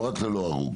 לא רק ללא אף הרוג.